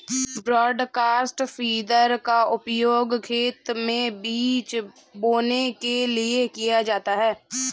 broadcast feeder का उपयोग खेत में बीज बोने के लिए किया जाता है